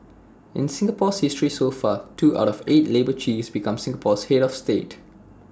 in Singapore's history so far two out of eight labour chiefs became Singapore's Head of state